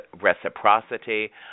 reciprocity